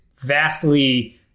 vastly